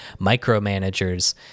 micromanagers